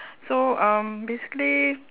so um basically